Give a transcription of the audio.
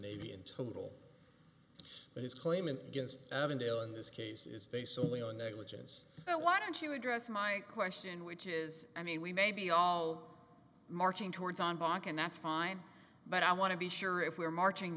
navy in total but his claim in against avondale in this case is based solely on negligence so why don't you address my question which is i mean we may be all marching towards on bach and that's fine but i want to be sure if we're marching